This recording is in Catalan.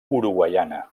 uruguaiana